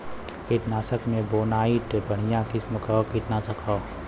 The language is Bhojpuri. कीटनाशक में बोनाइट बढ़िया किसिम क कीटनाशक हौ